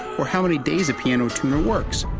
or how many days a piano tuner works,